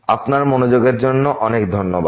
আপনার মনোযোগের জন্য অনেক ধন্যবাদ